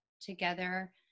together